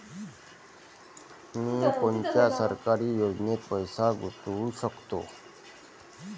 मी कोनच्या सरकारी योजनेत पैसा गुतवू शकतो?